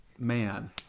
man